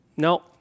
No